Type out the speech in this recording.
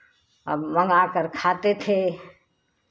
अब मंगाकर खाते थे